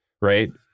right